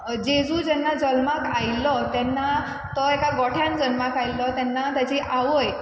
जेजू जेन्ना जल्माक आयिल्लो तेन्ना तो एका गोट्यान जल्माक आयिल्लो तेन्ना ताची आवय